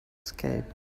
escape